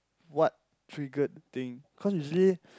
what triggered the thing cause usually